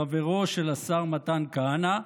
חברו של השר מתן כהנא.